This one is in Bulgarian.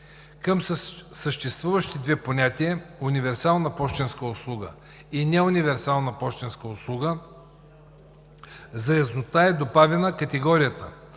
Към съществуващите понятия „универсална пощенска услуга“ и „неуниверсални пощенски услуги“ за яснота е добавена категорията